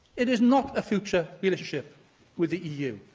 it is not a future relationship with the eu.